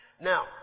Now